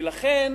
ולכן,